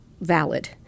valid